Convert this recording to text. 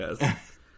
Yes